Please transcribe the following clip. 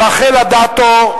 רחל אדטו,